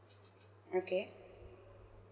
okay